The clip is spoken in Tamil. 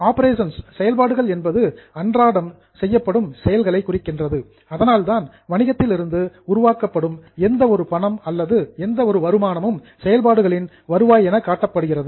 ஆபரேஷன்ஸ் செயல்பாடுகள் என்பது அன்றாடம் செய்யப்படும் செயல்களை குறிக்கின்றது அதனால்தான் வணிகத்திலிருந்து உருவாக்கப்படும் எந்த ஒரு பணம் அல்லது எந்த ஒரு வருமானமும் செயல்பாடுகளின் வருவாய் என காட்டப்படுகிறது